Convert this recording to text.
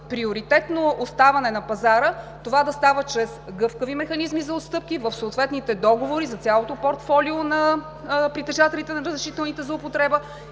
приоритетно оставане на пазара, това да става чрез гъвкави механизми за отстъпки в съответните договори за цялото портфолио на притежателите на разрешителните за употреба